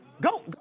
go